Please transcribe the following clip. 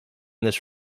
this